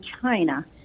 China